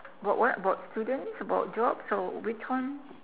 bout what bout students about jobs or which one